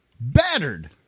battered